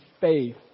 faith